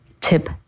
tip